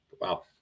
wow